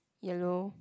yellow